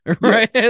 Right